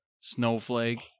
snowflake